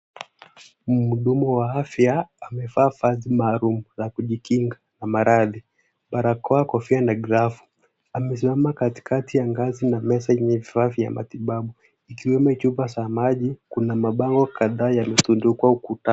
Mhudumu wa afya amevaa vazi maalum za kujikinga na maradhi, barakoa, kofia na glavu. Amesimama katikati ya ngazi na meza yenye vifaa vya matibabu ikiwemo chupa za maji, kuna mabango kadhaa yametundikwa ukutani.